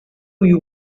you